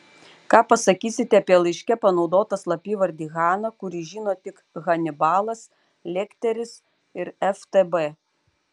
ką pasakysite apie laiške panaudotą slapyvardį hana kurį žino tik hanibalas lekteris ir ftb